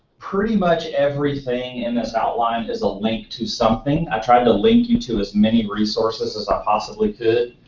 pretty much everything and that's outlined is a link to something. i tried to link you to as many resources as i possibly could.